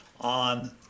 on